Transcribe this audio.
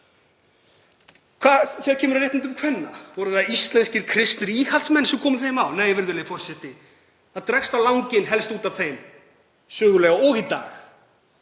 Þegar kemur að réttindum kvenna, voru það íslenskir kristnir íhaldsmenn sem komu þeim á? Nei, virðulegi forseti. Það dregst á langinn helst út af þeim, bæði sögulega og í dag.